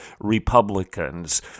Republicans